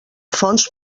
fonts